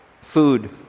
food